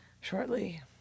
shortly